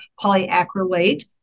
polyacrylate